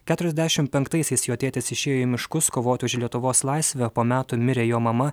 keturiasdešim penktaisiais jo tėtis išėjo į miškus kovoti už lietuvos laisvę po metų mirė jo mama